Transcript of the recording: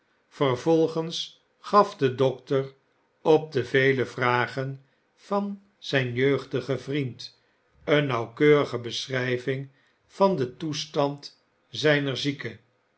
vervolgens gaf de dokter op de ve e vragen van zijn jeugdigen vriend eene nauwkeurige beschrijving van den toestand zijner zieke